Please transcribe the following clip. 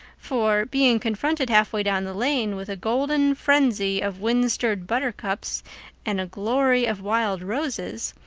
for being confronted halfway down the lane with a golden frenzy of wind-stirred buttercups and a glory of wild roses,